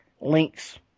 links